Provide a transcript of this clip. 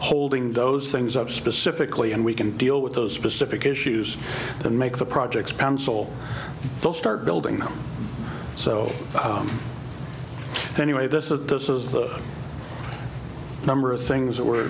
holding those things up specifically and we can deal with those specific issues to make the projects council they'll start building them so anyway this that this is the number of things that we're